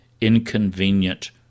inconvenient